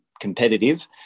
competitive